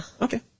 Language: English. Okay